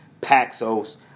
Paxos